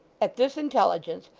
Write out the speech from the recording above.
at this intelligence,